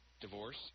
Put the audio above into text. divorce